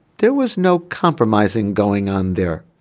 there was no compromising going on there.